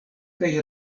kaj